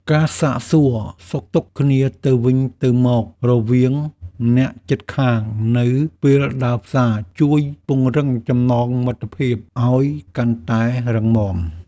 ការសាកសួរសុខទុក្ខគ្នាទៅវិញទៅមករវាងអ្នកជិតខាងនៅពេលដើរផ្សារជួយពង្រឹងចំណងមិត្តភាពឱ្យកាន់តែរឹងមាំ។